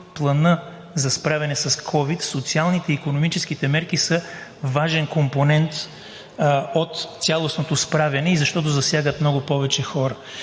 Плана за справяне с ковид социалните и икономическите мерки са важен компонент от цялостното справяне и защото засягат много повече хора.